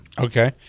Okay